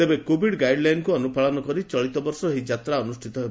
ତେବେ କୋଭିଡ଼୍ ଗାଇଡ଼୍ ଲାଇନକୁ ଅନୁପାଳନ କରି ଚଳିତ ବର୍ଷ ଏହି ଯାତ୍ରା ଅନୁଷିତ ହେବ